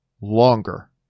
longer